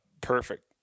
perfect